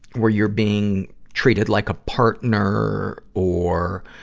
where you're being treated like a partner or,